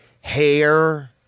hair